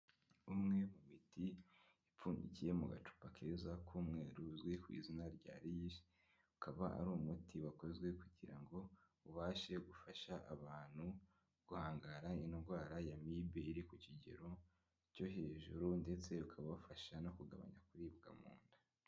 Umwe mu miti ipfundikiye mu gacupa keza k'umweru uzwi ku izina rya liyisi akaba ari umuti wakozwe kugira ngo ubashe gufasha abantu guhangara indwara y'amibe iri ku kigero cyo hejuru ndetse ukabafasha no kugabanya kuribwa mu nda.